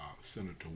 Senator